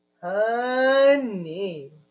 Honey